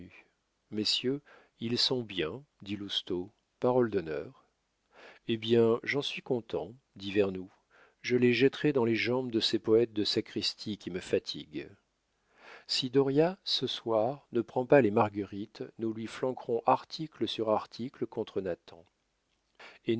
messieurs ils sont bien dit lousteau parole d'honneur eh bien j'en suis content dit vernou je les jetterai dans les jambes de ces poètes de sacristie qui me fatiguent si dauriat ce soir ne prend pas les marguerites nous lui flanquerons article sur article contre